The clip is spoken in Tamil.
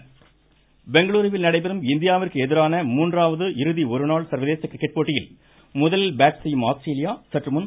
கிரிக்கெட் பெங்களுருவில் நடைபெறும் இந்தியாவிற்கு எதிரான மூன்றாவது இறுதி ஒரு நாள் சர்வதேச கிரிக்கெட் போட்டியில் முதலில் பேட் செய்யும் ஆஸ்திரேலியா சற்றுமுன்